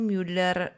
Müller